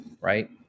right